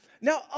Now